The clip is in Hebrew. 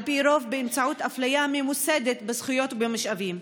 על פי רוב באמצעות אפליה ממוסדת בזכויות ובמשאבים".